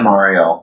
Mario